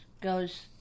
goes